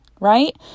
right